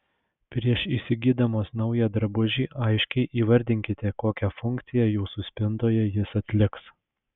prieš įsigydamos naują drabužį aiškiai įvardinkite kokią funkciją jūsų spintoje jis atliks